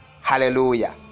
hallelujah